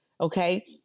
Okay